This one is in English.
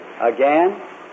again